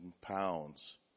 pounds